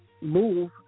move